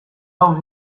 hau